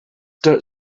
dirt